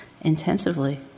intensively